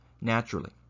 naturally